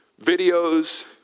videos